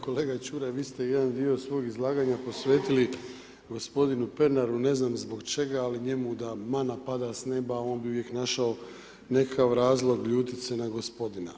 Kolega Čuraj, vi ste jedan dio svog izlaganja posvetili gospodinu Pernaru, ne znam zbog čega ali njemu da mana pada s neba on bi uvijek našao nekakav razlog ljutiti se na Gospodina.